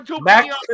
Max